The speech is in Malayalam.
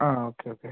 ആ ആ ഓക്കെ ഓക്കെ